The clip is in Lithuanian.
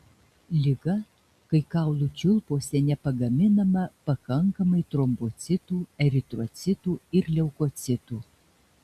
liga kai kaulų čiulpuose nepagaminama pakankamai trombocitų eritrocitų ir leukocitų